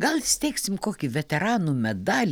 gal įsteigsim kokį veteranų medalį